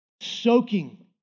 soaking